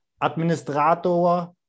Administrator